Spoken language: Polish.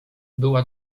była